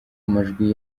amajwi